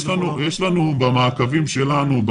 מ.ב.: יש לנו במעקבים שלנו,